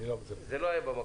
זה לא היה במקום.